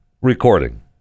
recording